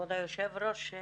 כבוד היושב-ראש,